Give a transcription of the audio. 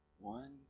One